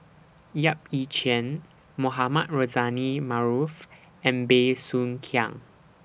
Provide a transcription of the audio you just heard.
Yap Ee Chian Mohamed Rozani Maarof and Bey Soo Khiang